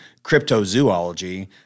cryptozoology